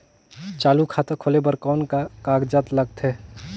चालू खाता खोले बर कौन का कागजात लगथे?